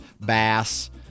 bass